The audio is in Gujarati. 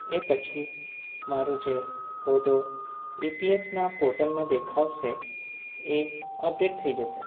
એ પછી મારો જે હોદ્દો ઈપીએફના પોર્ટલમાં દેખાડશે એ અપડેટ થઈ જશે